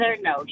No